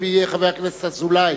אחרון הדוברים יהיה חבר הכנסת אזולאי.